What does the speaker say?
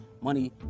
money